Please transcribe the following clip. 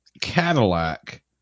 Cadillac